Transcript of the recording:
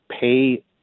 pay